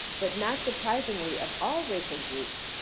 but not surprisingly, of all racial groups,